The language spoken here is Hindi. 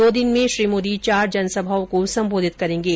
दो दिन में श्री मोदी चार जनसभाओं को संबोधित करेंगे